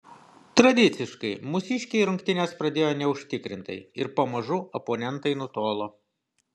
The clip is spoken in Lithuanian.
tradiciškai mūsiškiai rungtynes pradėjo neužtikrintai ir pamažu oponentai nutolo